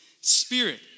Spirit